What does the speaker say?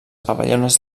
papallones